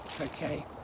okay